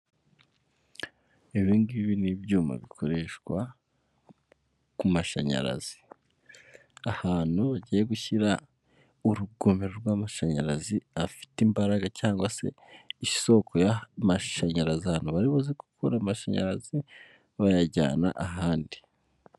Ibi ngibi ni ibyuma bikoreshwa ku mashanyarazi, ahantu bagiye gushyira urugomero rw'amashanyarazi afite imbaraga cyangwa se isoko y'amashanyarazi, ahantu bari buze gukura amashanyarazi bayajyana ahandi.